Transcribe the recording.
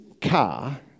car